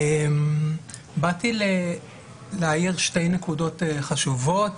באתי להעיר שתי נקודות חשובות,